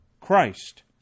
Christ